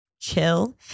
chill